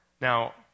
Now